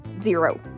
zero